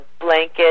blanket